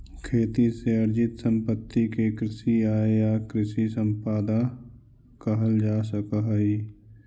खेती से अर्जित सम्पत्ति के कृषि आय या कृषि सम्पदा कहल जा सकऽ हई